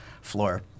floor